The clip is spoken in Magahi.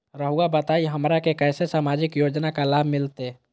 रहुआ बताइए हमरा के कैसे सामाजिक योजना का लाभ मिलते?